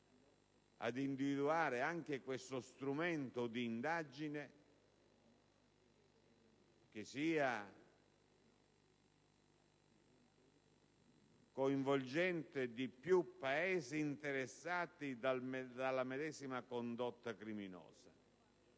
ad individuare anche questo strumento d'indagine, che coinvolge di più Paesi interessati dalla medesima condotta criminosa.